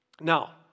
Now